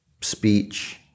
speech